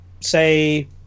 say